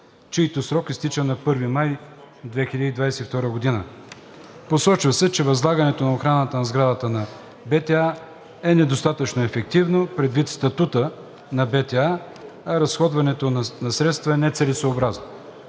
чийто срок изтича на 1 май 2022 г. Посочва се, че възлагането на охраната на сградата на БТА е недостатъчно ефективно предвид статута на БТА, а разходването на средствата е нецелесъобразно.